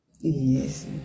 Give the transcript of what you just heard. Yes